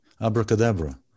Abracadabra